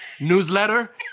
newsletter